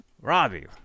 Robbie